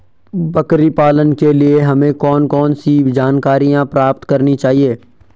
बकरी पालन के लिए हमें कौन कौन सी जानकारियां प्राप्त करनी चाहिए?